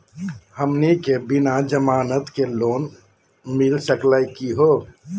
हमनी के बिना जमानत के लोन मिली सकली क हो?